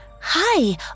Hi